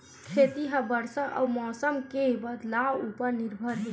खेती हा बरसा अउ मौसम के बदलाव उपर निर्भर हे